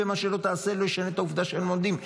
ומה שלא תעשה לא ישנה את העובדה שהם לומדים,